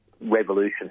revolution